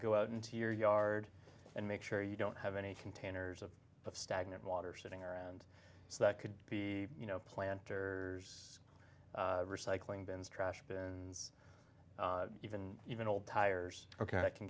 go out into your yard and make sure you don't have any containers of stagnant water sitting around so that could be you know planters recycling bins trashed and even even old tires ok